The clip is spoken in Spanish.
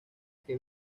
que